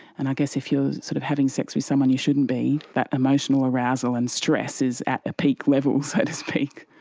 and i guess if you're sort of having sex with someone you shouldn't be, that emotional arousal and stress is at a peak level, so to speak.